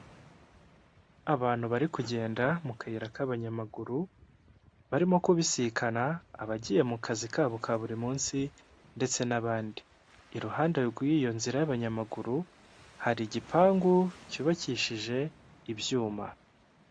Abantu bari kugenda mu kayira k'abanyamaguru, barimo kubisikana, abagiye mu kazi kabo ka buri munsi ndetse n'abandi, iruhande rw'iyo nzira y'abanyamaguru hari igipangu cyubakishije ibyuma.